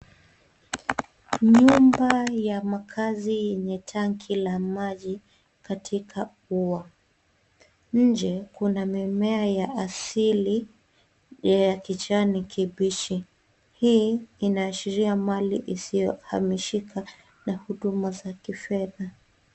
Nyumba ya makazi yenye tanki la maji katika ua, nje kuna mimea ya asili ya kijani kibichi hii inaashiria mali isiyohamishika na huduma za kifedha.